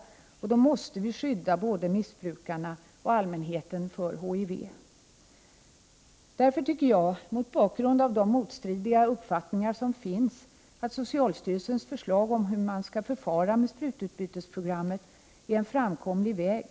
Under tiden måste vi skydda både missbrukarna och allmänheten för HIV. Därför tycker jag, mot bakgrund av de motstridiga uppfattningar som finns, att socialstyrelsens förslag om hur man skall förfara med sprututbytesprogrammet är en framkomlig väg.